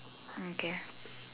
okay